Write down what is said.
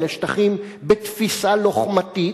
אלה שטחים בתפיסה לוחמתית,